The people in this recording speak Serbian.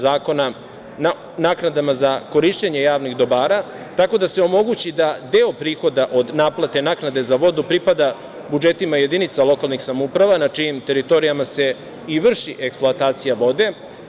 Zakona o naknadama za korišćenje javnih dobara tako da se omogući da deo prihoda od naplate naknade za vodu pripada budžetima jedinica lokalnih samouprava na čijim teritorijama se i vrši eksploatacija vode?